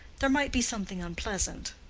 there might be something unpleasant.